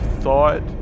thought